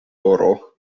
oro